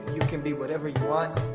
you can be whatever you want.